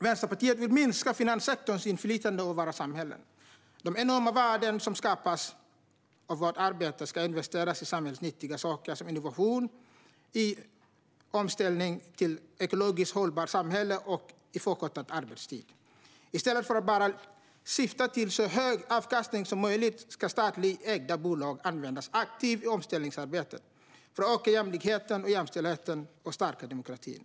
Vänsterpartiet vill minska finanssektorns inflytande över våra samhällen. De enorma värden som skapas av vårt arbete ska investeras i samhällsnyttiga saker som innovationer, omställning till ett ekologiskt hållbart samhälle och förkortad arbetstid. I stället för att bara syfta till så hög avkastning som möjligt ska statligt ägda bolag användas aktivt i omställningsarbetet för att öka jämlikheten och jämställdheten och stärka demokratin.